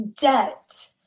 debt